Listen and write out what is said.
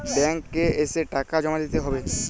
Bank এ এসে টাকা জমা দিতে হবে?